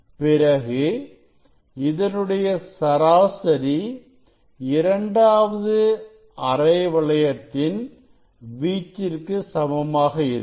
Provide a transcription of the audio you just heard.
பிறகு இதனுடைய சராசரி இரண்டாவது அரை வளையத்தின் வீச்சிற்கு சமமாக இருக்கும்